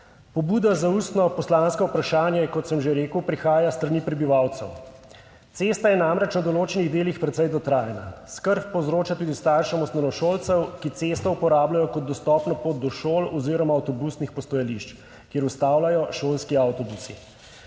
Pobuda za ustno poslansko vprašanje, kot sem že rekel, prihaja s strani prebivalcev. Cesta je namreč v določenih delih precej dotrajana. Skrb povzroča tudi staršem osnovnošolcem, ki cesto uporabljajo kot dostopno pot do šol oziroma avtobusnih postajališč, kjer ustavljajo šolski avtobusi.